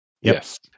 Yes